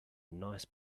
nice